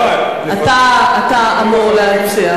אתה אמור להציע.